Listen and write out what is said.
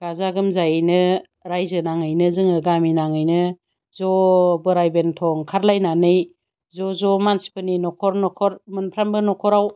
गाजा गोमजायैनो रायजो नाङैनो जोङो गामि नाङैनो ज' बोराय बेन्थ' ओंखारलायनानै ज' ज' मानसिफोरनि नखर नखर मोनफ्रोमबो नखराव